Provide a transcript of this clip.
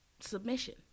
submission